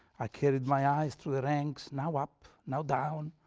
i carried my eyes through the ranks, now up, now down,